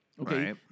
Okay